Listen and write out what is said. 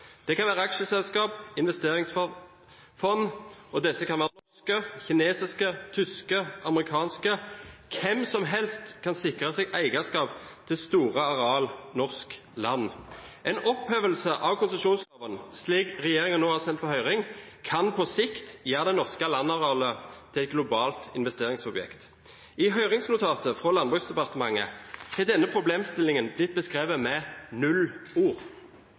Det kan være aksjeselskap og investeringsfond, og disse kan være norske, kinesiske, tyske, amerikanske – hvem som helst kan sikre seg eierskap til store areal norsk land. En opphevelse av konsesjonsloven, slik regjeringen nå har sendt på høring et forslag om, kan på sikt gjøre det norske landarealet til et globalt investeringsobjekt. I høringsnotatet fra Landbruksdepartementet er denne problemstillingen blitt beskrevet med null ord.